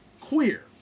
Queer